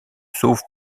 sauve